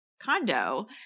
condo